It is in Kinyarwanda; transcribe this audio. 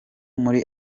muri